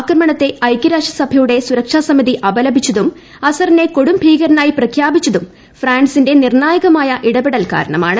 ആക്രമണത്തെ ഐക്യരാഷ്ട്രസഭയുടെ സുരക്ഷാ സമിതി അപലപിച്ചതും അ അസറിനെ കൊടുംഭീകരനായി പ്രഖ്യാപിച്ചതിനും ഫ്രാൻസിന്റെ നിർണായകമായ ഇടപെടൽ കാരണമാണ്